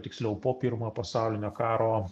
tiksliau po pirmojo pasaulinio karo